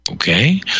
Okay